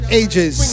ages